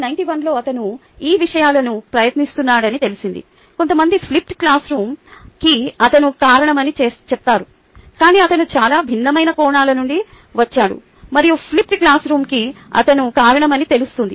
1991 లో అతను ఈ విషయాలను ప్రయత్నిస్తున్నాడని తెలిసింది కొంతమంది ఫ్లిప్డ్ క్లాస్రూమ్కి అతను కారణమని చెప్తారు కాని అతను చాలా భిన్నమైన కోణాల నుండి వచ్చాడు మరియు ఫ్లిప్డ్ క్లాస్రూమ్కి అతను కారణమని తెలుస్తోంది